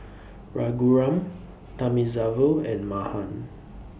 Raghuram Thamizhavel and Mahan